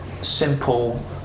simple